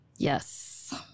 Yes